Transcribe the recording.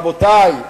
רבותי,